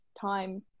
time